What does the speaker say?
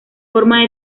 forma